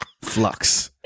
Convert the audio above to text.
Flux